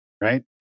right